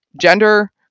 gender